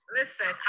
listen